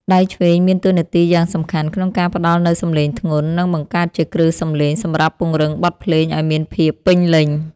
ដៃឆ្វេងមានតួនាទីយ៉ាងសំខាន់ក្នុងការផ្ដល់នូវសម្លេងធ្ងន់ និងបង្កើតជាគ្រឹះសម្លេងសម្រាប់ពង្រឹងបទភ្លេងឱ្យមានភាពពេញលេញ។